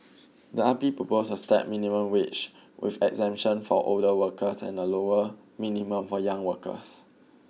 the R P proposed a stepped minimum wage with exemptions for older workers and a lower minimum for young workers